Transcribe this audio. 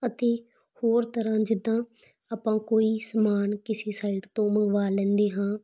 ਅਤੇ ਹੋਰ ਤਰ੍ਹਾਂ ਜਿੱਦਾਂ ਆਪਾਂ ਕੋਈ ਸਮਾਨ ਕਿਸੇ ਸਾਈਡ ਤੋਂ ਮੰਗਵਾ ਲੈਂਦੇ ਹਾਂ